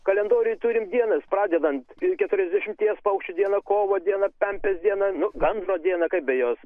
kalendoriuj turime dienas pradedant ir keturiasdešimties paukščių diena kovo diena pempės diena nu gandro diena kad be jos